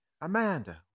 Amanda